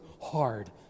hard